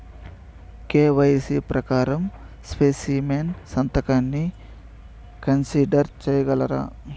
KYC ప్రకారం specimen సంతకాన్ని consider సేయగలరా?